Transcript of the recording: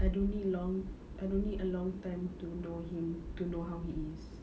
I don't need long I don't need a long time to know him to know how he is